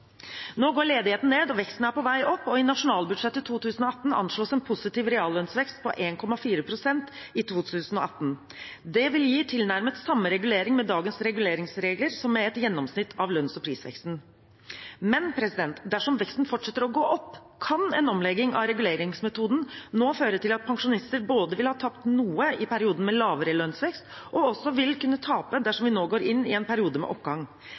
Nå går ledigheten ned, veksten er på vei opp, og i nasjonalbudsjettet for 2018 anslås en positiv reallønnsvekst på 1,4 pst. i 2018. Det vil gi tilnærmet samme regulering med dagens reguleringsregler som med et gjennomsnitt av lønns- og prisveksten. Men dersom veksten fortsetter å gå opp, kan en omlegging av reguleringsmetoden nå føre til at pensjonister både vil ha tapt noe i perioden med lavere lønnsvekst, og også vil kunne tape dersom vi nå går inn i en periode med oppgang.